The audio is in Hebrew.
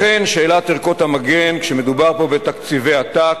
לכן בשאלת ערכות המגן, כשמדובר פה בתקציבי עתק,